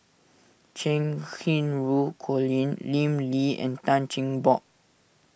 Cheng Xinru Colin Lim Lee and Tan Cheng Bock